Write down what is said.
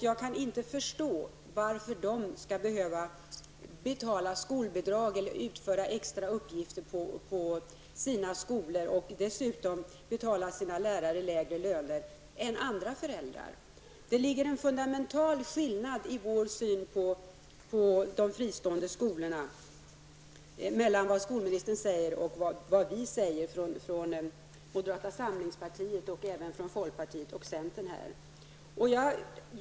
Jag kan inte förstå varför de skall behöva betala skolbidrag eller utföra extra uppgifter på sina barns skolor än andra föräldrar. Lärarna på deras barns skolor får också lägre lön. Det finns en fundamental skillnad mellan vad skolministern säger och vad vi säger från moderata samlingspartiet och även från folkpartiet och centern.